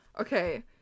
Okay